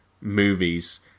movies